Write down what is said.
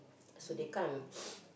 so they can't